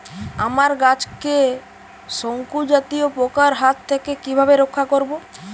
আমার গাছকে শঙ্কু জাতীয় পোকার হাত থেকে কিভাবে রক্ষা করব?